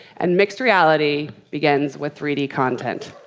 and mixed reality begins with three d content.